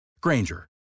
Granger